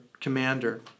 commander